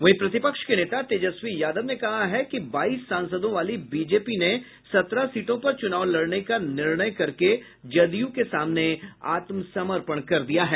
वहीं प्रतिपक्ष के नेता तेजस्वी यादव ने कहा कि बाईस सांसदों वाली बीजेपी ने सत्रह सीटों पर चुनाव लड़ने का निर्णय कर के जदयू के सामने आत्मसमर्पण कर दिया है